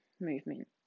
movement